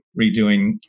redoing